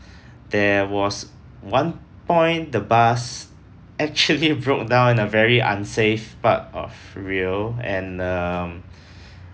there was one point the bus actually broke down in a very unsafe part of rail and um